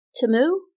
Tamu